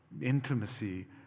intimacy